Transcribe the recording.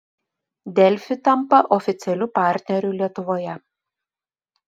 delfi tampa oficialiu partneriu lietuvoje